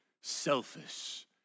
selfish